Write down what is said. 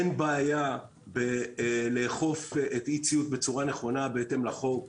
אין בעיה לאכוף אי ציות בצורה נכונה בהתאם לחוק.